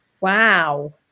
Wow